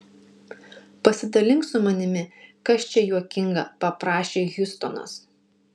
pasidalink su manimi kas čia juokinga paprašė hjustonas